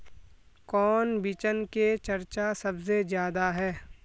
कौन बिचन के चर्चा सबसे ज्यादा है?